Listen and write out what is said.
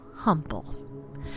humble